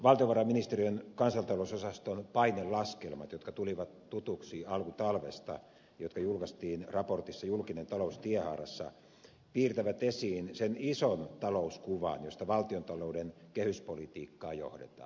valtiovarainministeriön kansantalousosaston painelaskelmat jotka tulivat tutuiksi alkutalvesta jotka julkaistiin raportissa julkinen talous tienhaarassa piirtävät esiin sen ison talouskuvan josta valtiontalouden kehyspolitiikkaa johdetaan